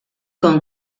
kong